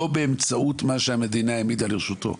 ודאי לא באמצעות מה שהמדינה העמידה לרשותו,